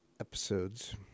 episodes